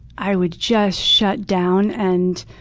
i would just shut down. and